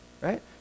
right